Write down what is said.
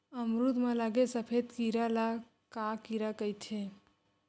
अमरूद म लगे सफेद कीरा ल का कीरा कइथे?